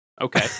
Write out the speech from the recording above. Okay